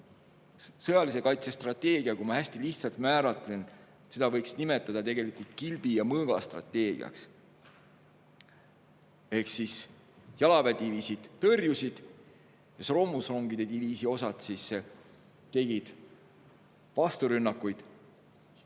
sõjalise kaitse strateegiat, kui ma hästi lihtsalt määratlen, võiks nimetada kilbi ja mõõga strateegiaks. Jalaväediviisid tõrjusid ja soomusrongide diviisi osad tegid vasturünnakuid,